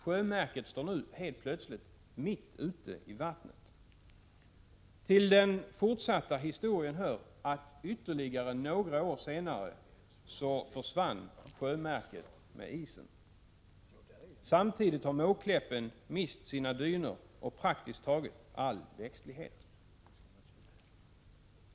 Sjömärket står nu helt plötsligt mitt ute i vattnet. Till den fortsatta historien hör att sjömärket ytterligare några år senare försvann med isen. Samtidigt har Måkläppen mist sina dyner och praktiskt taget all växtlighet.